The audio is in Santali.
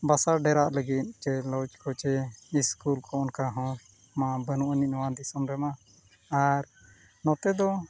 ᱵᱟᱥᱟ ᱰᱮᱨᱟᱜ ᱞᱟᱹᱜᱤᱫ ᱞᱚᱡᱽ ᱠᱚ ᱥᱮ ᱥᱠᱩᱞ ᱠᱚ ᱚᱱᱠᱟ ᱦᱚᱸ ᱱᱚᱣᱟ ᱵᱟᱹᱱᱩᱜ ᱟᱹᱱᱤᱡ ᱱᱚᱣᱟ ᱫᱤᱥᱚᱢ ᱨᱮᱢᱟ ᱟᱨ ᱱᱚᱛᱮ ᱫᱚ